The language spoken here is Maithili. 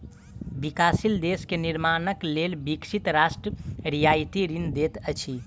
विकासशील देश के निर्माणक लेल विकसित राष्ट्र रियायती ऋण दैत अछि